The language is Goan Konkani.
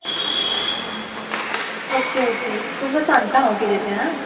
ओके ओके तुमकां सांगता हांव कितें तें आं